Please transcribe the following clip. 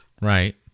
Right